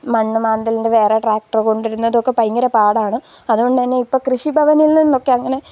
മണ്ണ് മാന്തലിന്റെ വേറെ ട്രാക്റ്റർ കൊണ്ടു വരുന്നതൊക്കെ ഭയങ്കര പാടാണ് അതു കൊണ്ടു തന്നെ ഇപ്പം കൃഷി ഭവനിൽ നിന്നൊക്കെ അങ്ങനെ